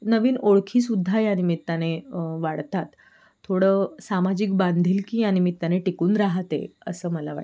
नवीन ओळखीसुद्धा यानिमित्ताने वाढतात थोडं सामाजिक बांधिलकी यानिमित्ताने टिकून राहते असं मला वाटतं